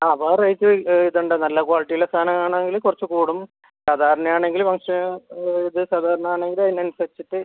ആ വേറെ ഇത് ഇതുണ്ട് നല്ല ക്വാളിറ്റിയുള്ള സാധനം ആണെങ്കിൽ കുറച്ച് കൂടും സാധാരണയാണെങ്കിൽ കുറച്ച് ഇത് സാധാരണ ആണെങ്കിൽ അതിനനുസരിച്ചിട്ട്